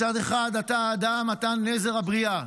מצד אחד, אתה האדם, אתה נזר הבריאה.